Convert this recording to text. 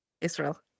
Israel